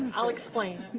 and i'll explain